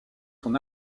son